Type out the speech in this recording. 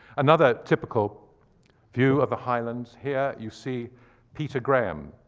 another typical view of the highlands here. you see peter graham,